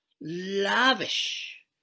lavish